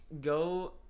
Go